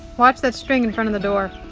watch that string in front of the door.